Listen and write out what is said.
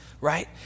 right